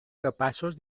capaços